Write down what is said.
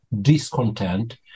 discontent